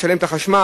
לשלם את החשמל,